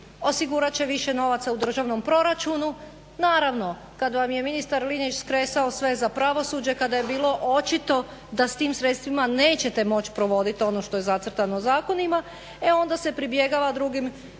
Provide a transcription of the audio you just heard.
osigurat će više novaca u državnom proračunu. Naravno, kad vam je ministar Linić skresao sve za pravosuđe, kada je bilo očito da s tim sredstvima nećete moći provodit ono što je zacrtano u zakonima e onda se pribjegava drugim